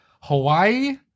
Hawaii